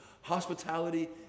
hospitality